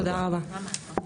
תודה רבה.